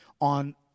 on